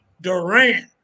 Durant